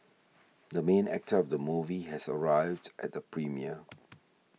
the main actor of the movie has arrived at the premiere